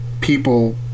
people